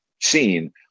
seen